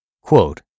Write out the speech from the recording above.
Quote